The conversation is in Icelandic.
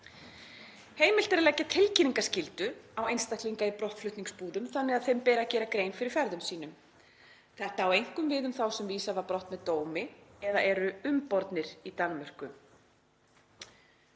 Heimilt er að leggja tilkynningarskyldu á einstaklinga í brottflutningsbúðum þannig að þeim beri að gera grein fyrir ferðum sínum. Þetta á einkum við um þá sem vísað var brott með dómi eða eru umbornir í Danmörku.